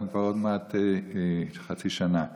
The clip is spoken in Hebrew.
אנחנו כבר עוד מעט חצי שנה אחרי.